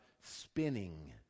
spinning